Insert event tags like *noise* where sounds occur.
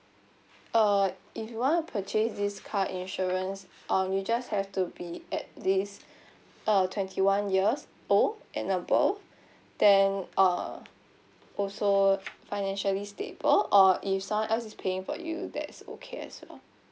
uh if you want to purchase this car insurance um you just have to be at least *breath* uh twenty one years old and above then uh also financially stable or if someone else is paying for you that is okay as well